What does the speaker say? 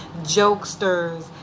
jokesters